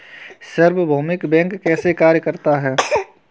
सार्वभौमिक बैंक कैसे कार्य करता है?